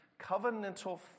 covenantal